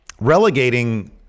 relegating